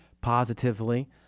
positively